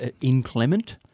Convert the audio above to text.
inclement